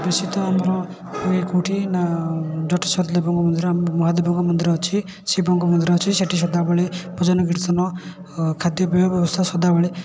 ବିଶେଷତଃ ଆମର ହୁଏ କେଉଁଠି ନା ଯେଉଁଠି ସତଲେଗଙ୍କ ମନ୍ଦିର ମହାଦେବଙ୍କ ମନ୍ଦିର ଅଛି ଶିବଙ୍କ ମନ୍ଦିର ଅଛି ସେଠି ସଦାବେଳେ ଭଜନକୀର୍ତ୍ତନ ଖାଦ୍ୟପେୟ ବ୍ୟବସ୍ଥା ସଦାବେଳେ